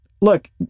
look